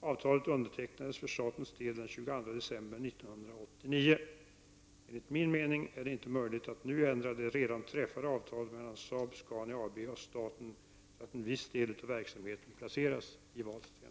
Avtalet undertecknades för statens del den 22 december 1989. Enligt min mening är det inte möjligt att nu ändra det redan träffade avtalet mellan Saab-Scania AB och staten, så att viss del av verksamheten placeras i Vadstena.